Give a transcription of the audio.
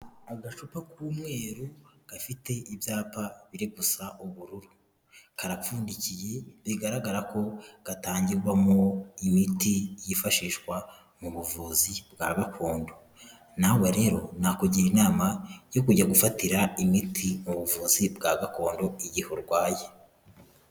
Agacupa k'umweru, gafite ibyapa biri gusa ubururu, karapfundikiye bigaragara ko gatangirwamo imiti yifashishwa mu buvuzi bwa gakondo, nawe rero nakugira inama yo kujya gufatira imiti mu buvuzi bwa gakondo igihe urwaye.